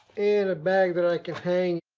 and a bag that i can hang.